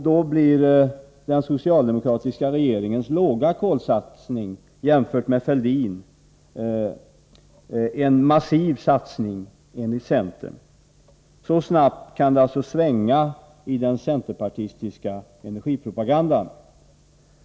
Då blir den socialdemokratiska regeringens jämfört med Fälldinregeringens låga kolsatsning en massiv satsning, enligt centern. Så snabbt kan det alltså svänga i den centerpartistiska energipropagandan.